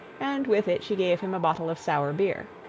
and with it she gave him a bottle of sour beer.